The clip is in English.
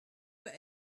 were